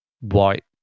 white